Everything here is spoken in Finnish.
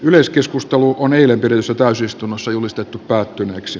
yleiskeskustelu on eilen pyryssä täysistunnossa julistettu päättyneeksi